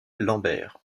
lambert